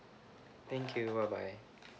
thank you bye bye